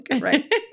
Right